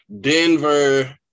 Denver